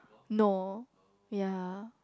no ya